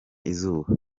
izuba